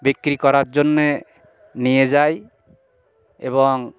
বিক্রি করার জন্যে নিয়ে যায় এবং